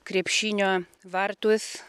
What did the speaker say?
krepšinio vartus